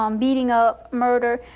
um beating up, murder.